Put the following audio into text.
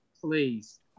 please